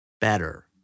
better